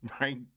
right